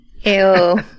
Ew